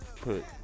Put